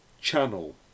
channel